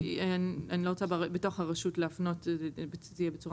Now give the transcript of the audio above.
אני לא רוצה בתוך הרשות להפנות שזה יהיה בצורה